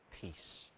peace